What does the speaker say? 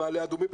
במעלה אדומים,